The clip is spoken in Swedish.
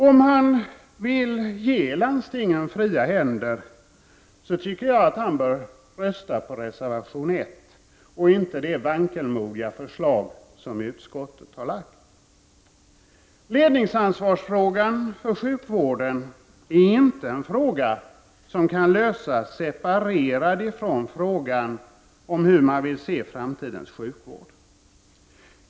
Om han vill ge landstingen fria händer tycker jag att han bör rösta på reservation 1 och inte det vankelmodiga förslag som utskottet har lagt fram. Frågan om ledningsansvaret inom sjukvården kan inte få en lösning separat från frågan om hur man vill se framtidens sjukvård.